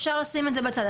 אפשר לשים את זה בצד.